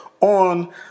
on